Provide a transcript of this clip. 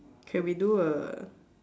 K we do a